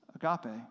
agape